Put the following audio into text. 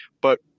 But-